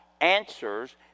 answers